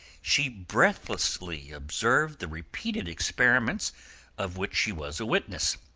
she breathlessly observed the repeated experiments of which she was a witness